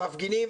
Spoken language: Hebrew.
המפגינים,